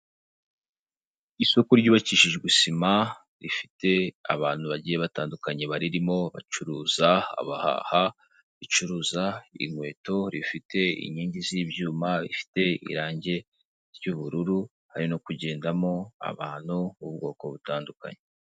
Isoko ryubakishijwe sima rifite abantu bagiye batandukanye baririmo bacuruza abaha bicuruuruza inkweto rifite inkingi z'ibyuma ifite irangi ry'ubururu hari no kugendamo abantu bbwoko butandukanye.